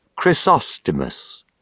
Chrysostomus